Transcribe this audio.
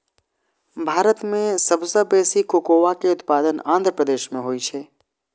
भारत मे सबसं बेसी कोकोआ के उत्पादन आंध्र प्रदेश मे होइ छै